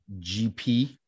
GP